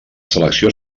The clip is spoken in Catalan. selecció